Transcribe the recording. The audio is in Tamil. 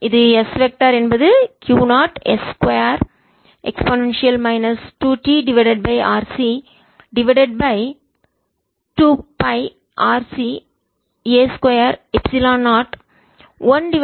இது S வெக்டர் திசையன் என்பது Q 0 s 2 e 2t RC divided by 2 பைRC a 2 epsilon 0 1 divided by s minus s divided by a 2 மற்றும் z கிராஸ் பை இது மைனஸ் r கேப் க்கு சமம்